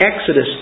Exodus